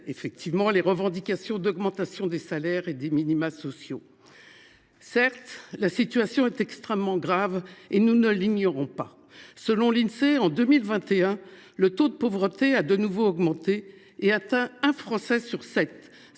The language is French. effectivement la revendication d’augmentation des salaires et des minima sociaux. Certes, la situation est extrêmement grave. Nous ne l’ignorons pas. Selon l’Insee, en 2021, le taux de pauvreté a de nouveau augmenté. La pauvreté